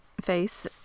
face